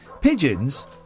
Pigeons